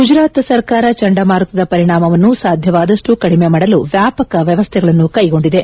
ಗುಜರಾತ್ ಸೆರ್ಕಾರ ಚಂಡಮಾರುತದ ಪರಿಣಾಮವನ್ನು ಸಾದ್ಯವಾದಷ್ನು ಕಡಿಮೆ ಮಾಡಲು ವ್ಯಾಪಕ ವ್ಯವಸ್ಥೆಗಳನ್ನು ಕೈಗೊಂಡಿದೆ